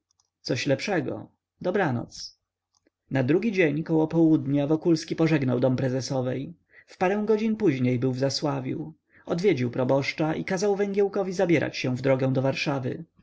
coś lepszego dobranoc na drugi dzień około południa wokulski pożegnał dom prezesowej w parę godzin później był w zasławiu odwiedził proboszcza i kazał węgiełkowi zabierać się w drogę do warszawy